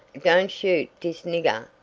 don't shoot dis niggah!